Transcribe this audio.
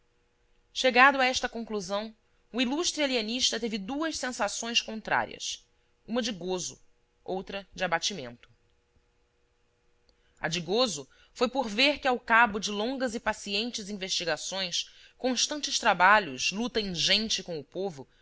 chegado a esta conclusão o ilustre alienista teve duas sensações contrárias uma de gozo outra de abatimento a de gozo foi por ver que ao cabo de longas e pacientes investigações constantes trabalhos luta ingente com o povo